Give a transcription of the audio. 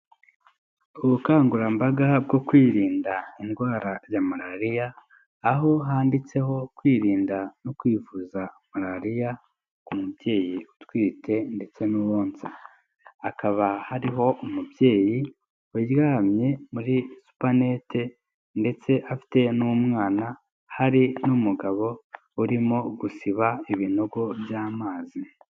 Ubukangurambaga bwo kwirinda indwara ya malariya aho handitseho kwirinda no kwivuza malariya ku mubyeyi utwite ndetse n'uwonsa, hakaba hariho umubyeyi uryamye muri supanete ndetse afite n'umwana hari n'umugabo urimo gusiba ibinogo by'amazi.